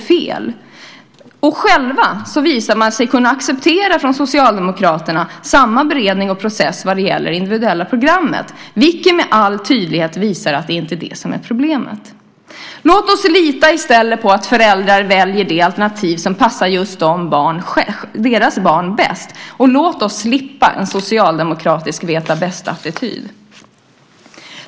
Från Socialdemokraterna visar man sig kunna acceptera samma beredning och process när det gäller det individuella programmet. Det visar med all tydlighet att det inte är det som är problemet. Låt oss i stället lita på att föräldrar väljer det alternativ som passar just deras barn bäst. Låt oss slippa en socialdemokratisk veta-bäst-attityd.